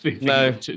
No